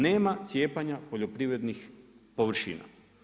Nema cijepanja poljoprivrednih površina.